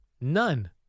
None